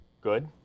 Good